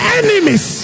enemies